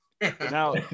now